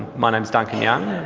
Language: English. my name is duncan young.